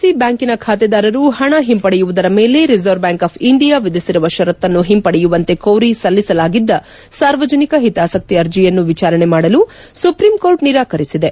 C ಬ್ಯಾಂಕಿನ ಖಾತೆದಾರರು ಪಣ ಹಿಂಪಡೆಯುವುದರ ಮೇಲೆ ರಿಸರ್ವ್ ಬ್ಯಾಂಕ್ ಆಫ್ ಇಂಡಿಯಾ ವಿಧಿಸಿರುವ ಷರತ್ತನ್ನು ಹಿಂಪಡೆಯುವಂತೆ ಕೋರಿ ಸಲ್ಲಿಸಲಾಗಿದ್ದ ಸಾರ್ವಜನಿಕ ಹಿತಾಸಕ್ತಿ ಅರ್ಜಿಯನ್ನು ವಿಚಾರಣೆ ಮಾಡಲು ಸುಪ್ರೀಂಕೋರ್ಟ್ ನಿರಾಕರಿಸಿದೆ